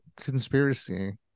conspiracy